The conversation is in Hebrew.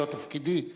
לא תפקידי לקבוע,